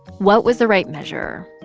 what was the right measure?